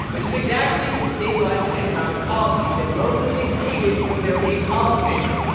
which is exactly the stabilizing economic policy that roman elites needed from their main policymaker,